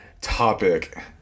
topic